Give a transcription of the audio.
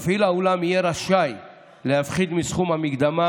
מפעיל האולם יהיה רשאי להפחית מסכום המקדמה